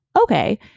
okay